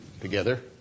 together